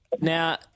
Now